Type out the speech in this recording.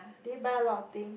did he buy a lot of thing